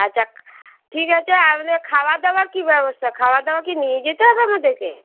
আচ্ছা ঠিক আছে আপনার খাওয়া দাওয়ার কি ব্যবস্থা আছে খাওয়া দাওয়া কি নিয়ে যেতে হবে আমাদের